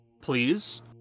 please